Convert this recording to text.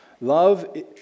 Love